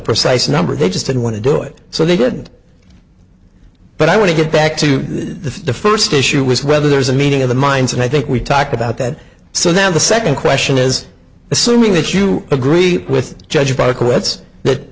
precise number they just didn't want to do it so they did but i want to get back to the first issue was whether there's a meeting of the minds and i think we talked about that so then the second question is assuming that you agree with judge